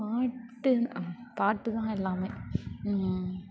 பாட்டு பாட்டு தான் எல்லாம்